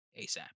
ASAP